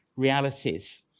Realities